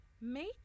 make